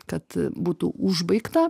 kad būtų užbaigta